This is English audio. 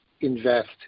invest